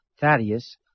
Thaddeus